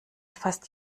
fast